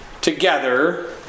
together